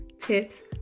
tips